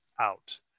out